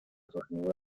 surgido